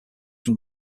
from